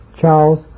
Charles